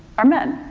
are men.